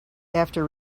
after